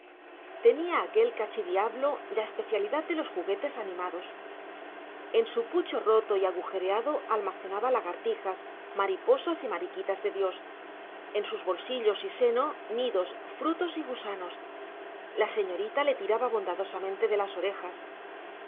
tenía aquel cachidiablo la especialidad de los juguetes animados en su pucho roto y agujereado almacenaba lagartijas mariposas y mariquitas de dios en sus bolsillos y seno nidos frutos y gusanos la señorita le tiraba bondadosamente de las orejas